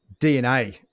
DNA